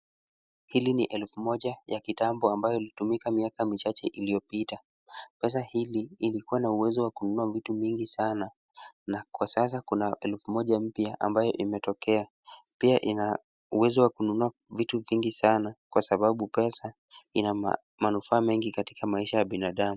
Hili ni elfu moja ya kitambo ambayo ilitumika miaka michache iliyopita. Pesa hii ilikuwa na uwezo wa kununua vitu vingi sana na kwa sasa kuna elfu moja mpya ambayo imetokea. Pia ina uwezo wa kununua vitu vingi sana kwa sababu pesa ina manufaa mengi katika maisha ya binadamu.